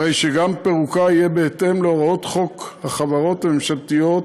הרי שגם פירוקה יהיה בהתאם להוראות חוק החברות הממשלתיות,